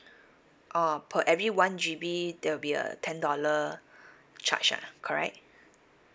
ah per every one G_B there will be a ten dollar charge ah correct